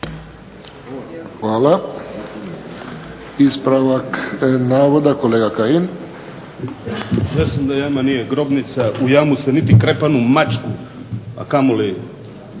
Hvala. Ispravak navoda, kolega Kajin.